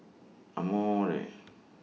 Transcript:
Amore